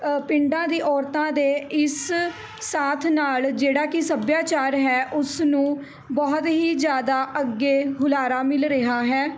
ਪਿੰਡਾਂ ਦੀ ਔਰਤਾਂ ਦੇ ਇਸ ਸਾਥ ਨਾਲ ਜਿਹੜਾ ਕਿ ਸੱਭਿਆਚਾਰ ਹੈ ਉਸ ਨੂੰ ਬਹੁਤ ਹੀ ਜ਼ਿਆਦਾ ਅੱਗੇ ਹੁਲਾਰਾ ਮਿਲ ਰਿਹਾ ਹੈ